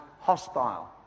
hostile